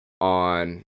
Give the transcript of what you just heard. on